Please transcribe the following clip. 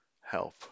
help